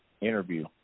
interview